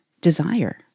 desire